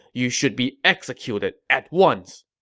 you should be executed at once!